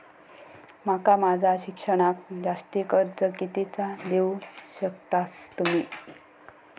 माका माझा शिक्षणाक जास्ती कर्ज कितीचा देऊ शकतास तुम्ही?